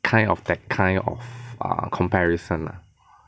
kind of that kind of err comparison lah